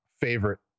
favorite